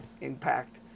impact